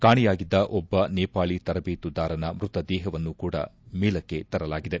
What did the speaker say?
ಕಾಣೆಯಾಗಿದ್ದ ಒಬ್ಬ ನೇಪಾಳಿ ತರಬೇತುದಾರನ ಮೃತದೇಹವನ್ನು ಕೂಡ ಮೇಲಕ್ಕೆ ತರಲಾಗಿದೆ